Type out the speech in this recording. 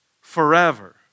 forever